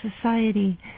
society